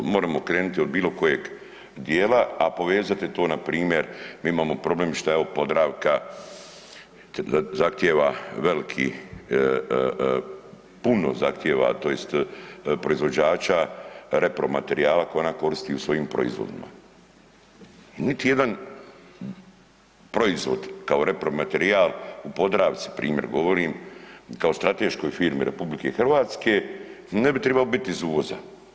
Možemo krenuti od bilo kojeg dijela, a povezati to npr. mi imamo problem što evo Podravka zahtijeva veliki puno zahtijeva tj. proizvođača repromaterijala koje ona koristi u svojim proizvodima i niti jedan proizvod kao repromaterijal u Podravci primjer govorim kao strateškoj firmi RH ne bi trebao biti iz uvoza.